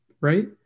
right